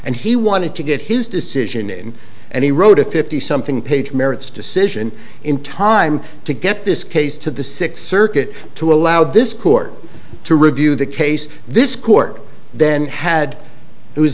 and he wanted to get his decision in and he wrote a fifty something page merits decision in time to get this case to the sixth circuit to allow this court to review the case this court then had